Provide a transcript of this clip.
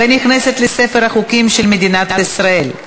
ונכנסת לספר החוקים של מדינת ישראל.